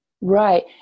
right